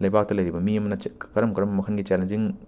ꯂꯩꯕꯥꯛꯇ ꯂꯩꯔꯤꯕ ꯃꯤ ꯑꯃꯅ ꯀꯔꯝ ꯀꯔꯝꯕ ꯃꯈꯜꯒꯤ ꯆꯦꯂꯦꯟꯖꯤꯡ